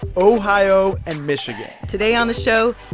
ohio and michigan? today on the show,